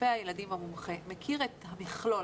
רופא הילדים המומחה מכיר את המכלול.